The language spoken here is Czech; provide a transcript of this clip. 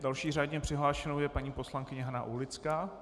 Další řádně přihlášenou je paní poslankyně Hana Aulická.